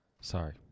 Sorry